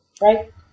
Right